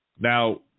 Now